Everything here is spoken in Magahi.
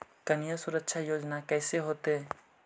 कन्या सुरक्षा योजना कैसे होतै?